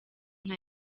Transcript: inka